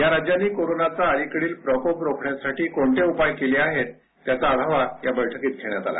या राज्यांनी कोरोनाचा अलीकडील प्रकोप रोखण्यासाठी कोणते उपाय केले आहेत त्याचा आढावा या बैठकीत घेण्यात आला